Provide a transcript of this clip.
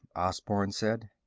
osborne said.